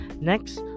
Next